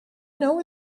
know